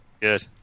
Good